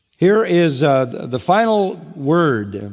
here is the final word,